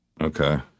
Okay